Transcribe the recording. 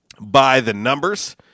by-the-numbers